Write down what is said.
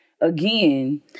again